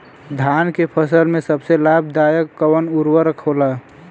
धान के फसल में सबसे लाभ दायक कवन उर्वरक होला?